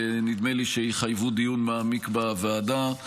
ונדמה לי שיחייבו דיון מעמיק בוועדה.